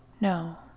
No